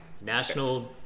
National